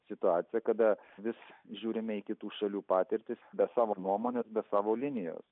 situaciją kada vis žiūrime į kitų šalių patirtis be savo nuomonės be savo linijos